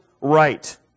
right